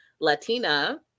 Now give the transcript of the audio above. Latina